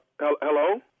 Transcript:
Hello